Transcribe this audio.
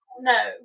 no